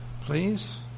please